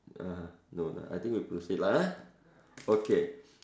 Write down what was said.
uh no lah I think we proceed lah okay